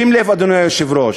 שים לב, אדוני היושב-ראש,